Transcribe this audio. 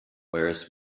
whereas